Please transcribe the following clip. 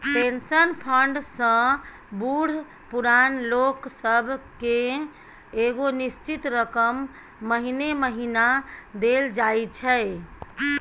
pension fund सँ बूढ़ पुरान लोक सब केँ एगो निश्चित रकम महीने महीना देल जाइ छै